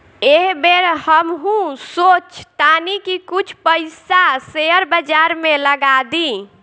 एह बेर हमहू सोचऽ तानी की कुछ पइसा शेयर बाजार में लगा दी